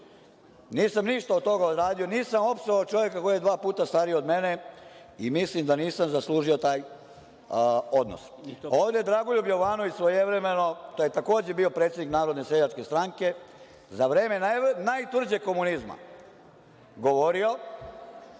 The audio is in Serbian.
nisam ništa od toga uradio. Nisam opsovao čoveka koji je dva puta stariji od mene i mislim da nisam zaslužio taj odnos. Ovde je Dragoljub Jovanović svojevremeno, to je takođe bio predsednik Narodne seljačke stranke, za vreme najtvrđeg komunizma govorio,